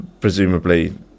presumably